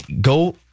go